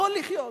יכול לחיות.